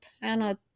planet